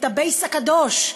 את ה-base הקדוש,